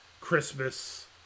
Christmas